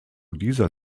dieser